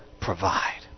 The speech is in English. provide